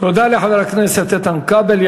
תודה לחבר הכנסת איתן כבל.